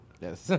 Yes